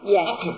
Yes